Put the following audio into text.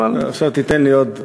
עכשיו תיתן לי עוד דקה.